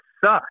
sucks